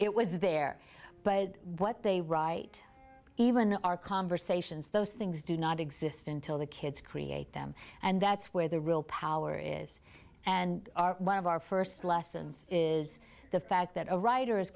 it was there but what they write even in our conversations those things do not exist until the kids create them and that's where the real power is and one of our first lessons is the fact that a writer